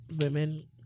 women